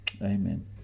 Amen